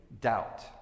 doubt